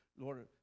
Lord